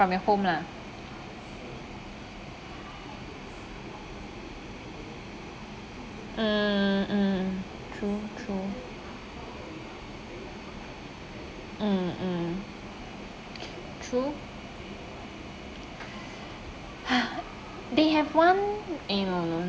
from your home lah mm mm true true mm mm true they have one eh no no